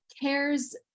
cares